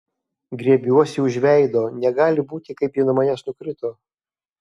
griebiuosi už veido negali būti kaip ji nuo manęs nukrito